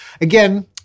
Again